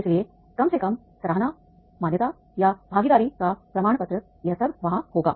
इसलिए कम से कम सराहना मान्यता या भागीदारी का प्रमाण पत्र यह सब वहाँ होगा